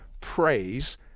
praise